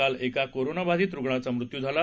काल एका कोरोना बाधित रुग्णांचा मृत्यू झाला